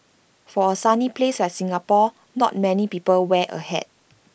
for A sunny place like Singapore not many people wear A hat